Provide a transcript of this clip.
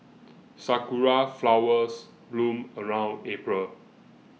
sakura flowers bloom around April